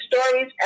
stories